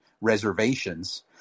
reservations